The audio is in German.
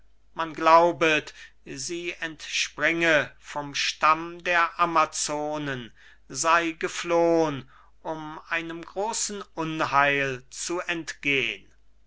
man glaubet sie entspringe vom stamm der amazonen sei geflohn um einem großen unheil zu entgehn